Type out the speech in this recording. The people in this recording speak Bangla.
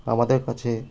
আমাদের কাছে